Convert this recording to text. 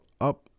up